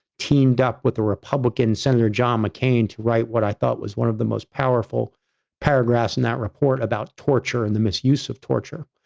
teamed up with a republican senator john mccain to write what i thought was one of the most powerful paragraphs in that report about torture and the misuse of torture.